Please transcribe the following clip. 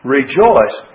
Rejoice